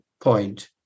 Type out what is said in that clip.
point